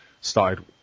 started